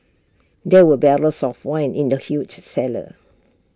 there were barrels of wine in the huge cellar